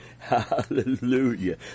Hallelujah